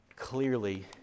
Clearly